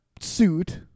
suit